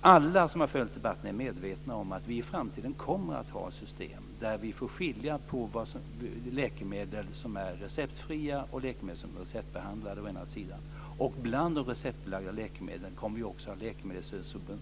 Alla som har följt debatten är medvetna om att vi i framtiden kommer att ha ett system där vi får skilja på läkemedel som är receptfria och läkemedel som är receptbelagda. Bland de receptbelagda läkemedlen kommer vi också att ha läkemedel